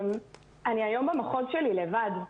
אני היום במחוז שלי לבד,